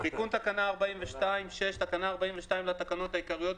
תיקון תקנה 42 בתקנה 42 לתקנות העיקריות,